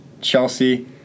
Chelsea